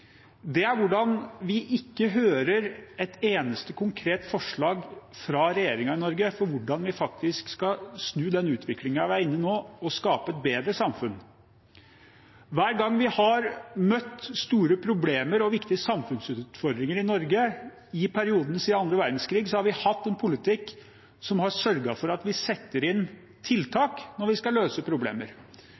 er at vi ikke hører et eneste konkret forslag fra regjeringen i Norge om hvordan vi skal snu den utviklingen vi er inne i nå, og skape et bedre samfunn. Hver gang vi har møtt store problemer og viktige samfunnsutfordringer i Norge i perioden siden andre verdenskrig, har vi hatt en politikk som har sørget for at vi setter inn tiltak når vi skal løse problemer.